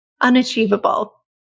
unachievable